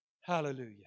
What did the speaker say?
Hallelujah